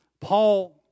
Paul